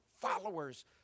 followers